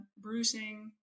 bruising